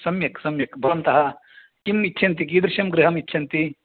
सम्यक् सम्यक् भवन्तः किम् इच्छन्ति कीदृशं गृहमिच्छन्ति